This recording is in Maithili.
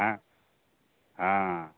हँ हँ